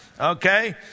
okay